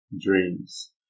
dreams